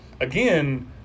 Again